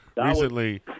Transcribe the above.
Recently